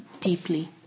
deeply